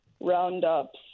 roundups